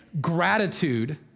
gratitude